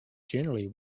generally